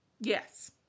Yes